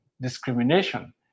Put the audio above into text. discrimination